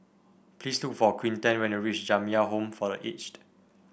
please look for Quinten when you reach Jamiyah Home for The Aged